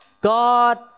God